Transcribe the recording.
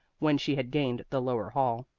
when she had gained the lower hall.